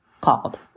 called